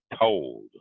told